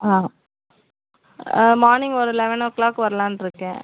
ஆ morning ஒரு eleven o'clock வரலான்னு இருக்கேன்